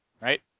right